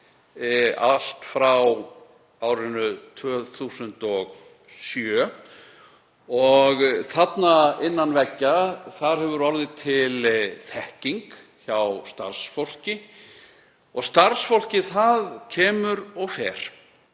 allt frá árinu 2007 og þarna innan veggja hefur orðið til þekking hjá starfsfólki. Starfsfólkið kemur og fer